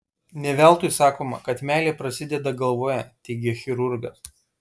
ne veltui sakoma kad meilė prasideda galvoje teigia chirurgas